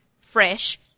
fresh